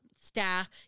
staff